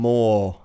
More